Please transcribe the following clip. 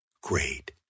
great